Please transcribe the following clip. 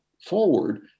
forward